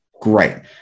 Great